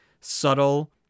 subtle